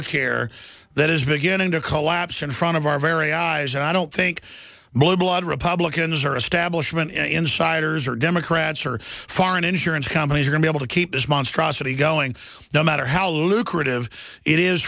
obamacare that is beginning to collapse in front of our very eyes and i don't think my blood republicans or establishment insiders or democrats or foreign insurance companies or mail to keep this monstrosity going no matter how lucrative it is